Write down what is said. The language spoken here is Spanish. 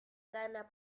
gana